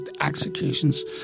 executions